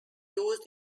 used